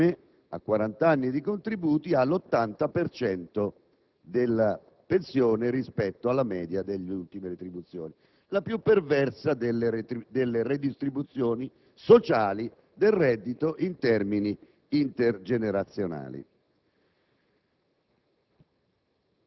al livello massimo di regime pari a quarant'anni di contributi, all'80 per cento della pensione rispetto alla media delle ultime retribuzioni, la più perversa delle redistribuzioni sociali del reddito in termini intergenerazionali.